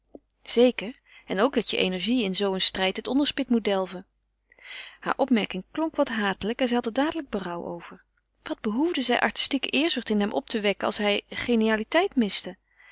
zeker en ook dat je energie in zoo een strijd het onderspit moet delven hare opmerking klonk wat hatelijk en zij had er dadelijk berouw over wat behoefde zij artistieke eerzucht in hem op te wekken als hij genialiteit miste